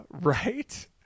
right